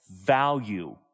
value